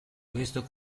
questo